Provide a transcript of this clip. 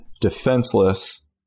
defenseless